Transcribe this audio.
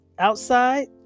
Outside